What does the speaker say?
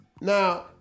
Now